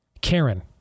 Karen